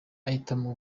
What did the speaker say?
ahitamo